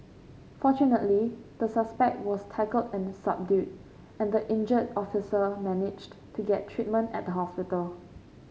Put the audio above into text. fortunately the suspect was tackled and subdued and the injured officer managed to get treatment at the hospital